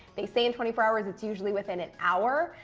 they say in twenty four hours, it's usually within an hour.